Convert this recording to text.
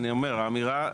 האמירה,